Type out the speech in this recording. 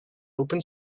open